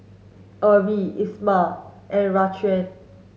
Erie Ismael and Raquan